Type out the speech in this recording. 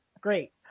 Great